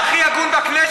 הבן-אדם הכי הגון בכנסת.